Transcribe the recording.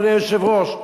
אדוני היושב-ראש,